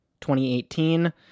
2018